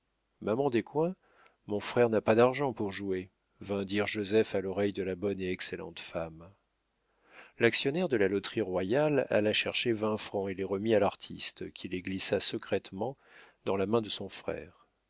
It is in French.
maman descoings mon frère n'a pas d'argent pour jouer vint dire joseph à l'oreille de la bonne et excellente femme l'actionnaire de la loterie royale alla chercher vingt francs et les remit à l'artiste qui les glissa secrètement dans la main de son frère